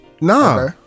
Nah